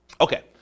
okay